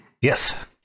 Yes